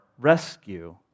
rescue